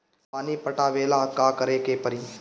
पानी पटावेला का करे के परी?